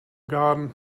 garden